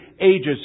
ages